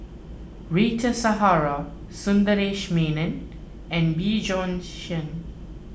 Rita Zahara Sundaresh Menon and Bjorn Shen